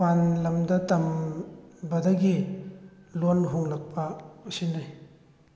ꯃꯄꯥꯜꯂꯝꯗ ꯇꯝꯕꯗꯒꯤ ꯂꯣꯟ ꯍꯣꯡꯂꯛꯄ ꯑꯁꯤꯅꯤ